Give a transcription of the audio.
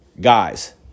guys